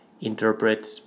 interprets